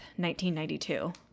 1992